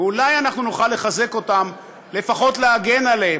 ואולי אנחנו נוכל לחזק אותם, ולפחות להגן עליהם.